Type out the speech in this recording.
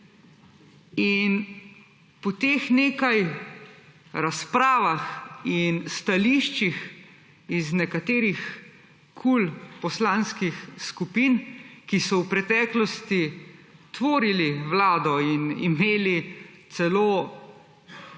In po teh nekaj razpravah in stališčih iz nekaterih KUL poslanskih skupin, ki so v preteklosti tvorili vlado in imeli celo